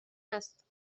است